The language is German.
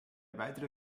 weitere